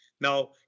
Now